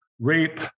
rape